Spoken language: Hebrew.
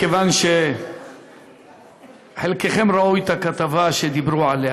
מכיוון שחלקכם ראו את הכתבה שבה דיברו עלי,